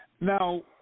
now